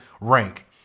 rank